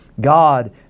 God